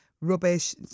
rubbish